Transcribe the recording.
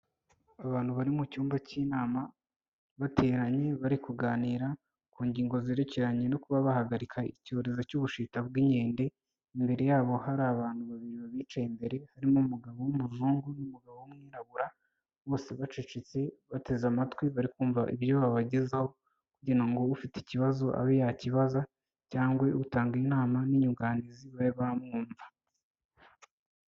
Abantu bari mu cyumba cy'inama bateranye bari kuganira ku ngingo zerekeranye no kuba bahagarika icyorezo cy'ubushita bw'inkende, imbere yabo hari abantu babiri bicaye imbere, harimo umugabo w'umuzungu n'umugabo w'umwirabura, bose bacecetse bateze amatwi, bari kumva ibyo babagezaho, kugira ngo ufite ikibazo abe yakibaza, cyangwa utanga inama n'inyunganizi babe bamwumva.